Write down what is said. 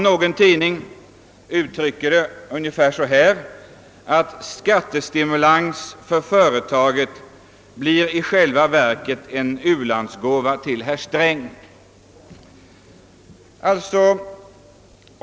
Någon tidning uttrycker saken ungefär på följande sätt: Skattestimulans för företagen blir i själva verket en u-landsgåva till herr Sträng.